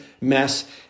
mess